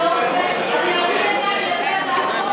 אתה לא רוצה, אביא הצעת חוק,